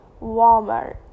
Walmart